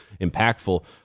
impactful